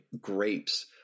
grapes